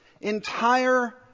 entire